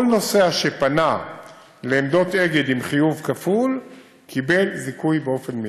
כל נוסע שפנה לעמדות אגד עם חיוב כפול קיבל זיכוי באופן מיידי.